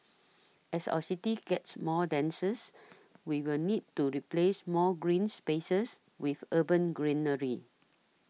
as our city gets more we will need to replace more green spaces with urban greenery